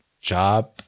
job